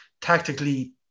tactically